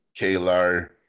Kalar